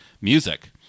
music